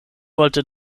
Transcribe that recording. wollte